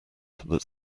some